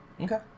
okay